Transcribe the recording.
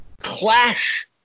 clash